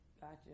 gotcha